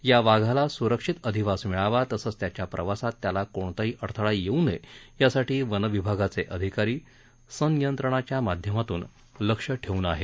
या वाघाला सुरक्षित अधिवास मिळावा तसंच त्याच्या प्रवासात त्याला कोणताही अडथळा येऊ नये यासाठी विनविभागाचे अधिकारी संनियंत्रणाच्या माध्यमातून लक्ष ठेवून आहेत